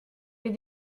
les